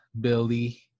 Billy